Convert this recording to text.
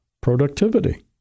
productivity